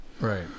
Right